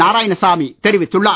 நாராயணசாமி தெரிவித்துள்ளார்